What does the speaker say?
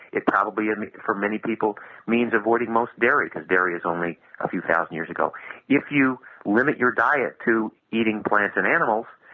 it's probably and for many people means avoiding most dairy because dairy is only a few thousand years ago if you limit your diet to eating plants and animals,